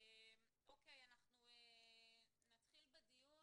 אוקי, אנחנו נתחיל בדיון.